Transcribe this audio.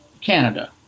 Canada